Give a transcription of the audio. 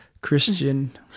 Christian